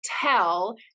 tell